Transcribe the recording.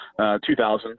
2000